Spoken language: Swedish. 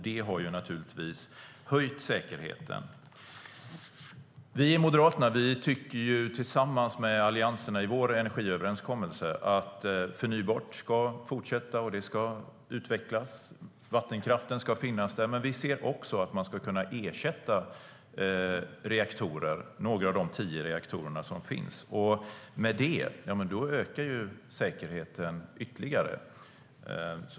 Det har naturligtvis höjt säkerheten. Vi i Moderaterna tycker tillsammans med Alliansen i vår energiöverenskommelse att man ska fortsätta med och utveckla förnybart, och vattenkraften ska finnas där. Men vi ser också att man ska kunna ersätta några av de tio reaktorer som finns, och då ökar säkerheten ytterligare.